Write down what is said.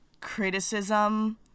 criticism